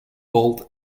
bolted